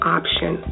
option